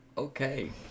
Okay